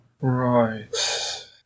Right